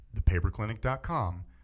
thepaperclinic.com